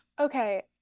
Okay